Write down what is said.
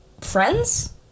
friends